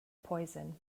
poison